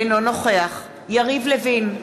אינו נוכח יריב לוין,